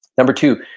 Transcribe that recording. number two,